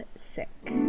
Sick